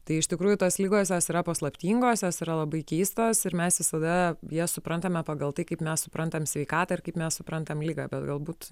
tai iš tikrųjų tos ligos jos yra paslaptingosios jos yra labai keistos ir mes visada jas suprantame pagal tai kaip mes suprantam sveikatą ir kaip mes suprantam ligą bet galbūt